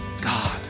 God